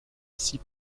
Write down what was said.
six